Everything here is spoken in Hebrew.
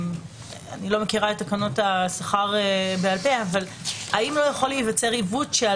אני לא מכירה את תקנות השכר בעל פה אבל האם לא יכול להיווצר עיוות שעל